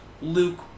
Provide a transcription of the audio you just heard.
Luke